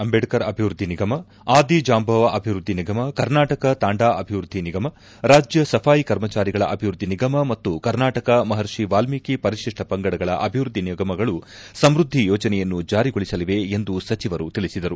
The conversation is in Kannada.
ಅಂಬೇಡ್ಕರ್ ಅಭಿವೃದ್ಧಿ ನಿಗಮ ಆದಿ ಜಾಂಬವ ಅಭಿವೃದ್ಧಿ ನಿಗಮ ಕರ್ನಾಟಕ ತಾಂಡಾ ಅಭಿವೃದ್ಧಿ ನಿಗಮ ರಾಜ್ಯ ಸಭಾಯಿ ಕರ್ಮಚಾರಿಗಳ ಅಭಿವೃದ್ಧಿ ನಿಗಮ ಮತ್ತು ಕರ್ನಾಟಕ ಮಹರ್ಷಿ ವಾಲ್ಮೀಕಿ ಪರಿಶಿಷ್ಟ ಪಂಗಡಗಳ ಅಭಿವೃದ್ಧಿ ನಿಗಮಗಳು ಸಮೃದ್ಧಿ ಯೋಜನೆಯನ್ನು ಜಾರಿಗೊಳಿಸಲಿವೆ ಎಂದು ಸಚಿವರು ತಿಳಿಸಿದರು